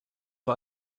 war